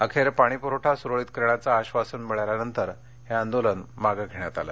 अखेर पाणी पुरवठा सुरळीत करण्याचं आश्वासन मिळाल्यानंतर आंदोलन मागे घेण्यात आले